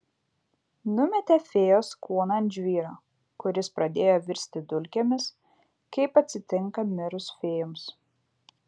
numetė fėjos kūną ant žvyro kur jis pradėjo virsti dulkėmis kaip atsitinka mirus fėjoms